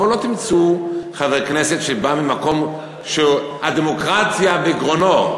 אבל לא תמצאו חבר כנסת שבא ממקום שהדמוקרטיה בגרונו,